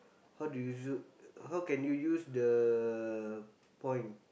how do you how can you use the point